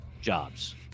jobs